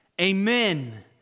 amen